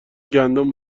گندم